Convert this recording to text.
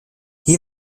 hier